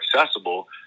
accessible